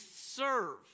serve